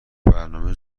برنامه